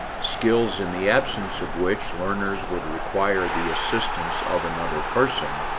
skills in the absence of which learners would require the assistance of another person.